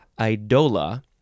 idola